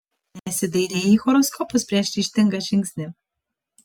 nesidairei į horoskopus prieš ryžtingą žingsnį